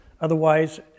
Otherwise